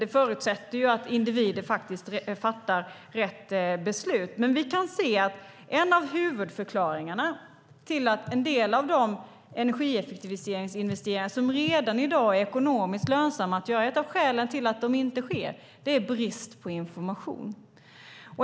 Det förutsätter att individer fattar rätt beslut. Men vi kan se att en av huvudförklaringarna till att en del av investeringarna i energieffektivisering som redan i dag är ekonomiskt lönsamma inte sker är brist på information.